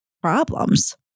problems